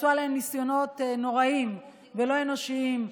עשו עליהם ניסיונות נוראיים ולא אנושיים,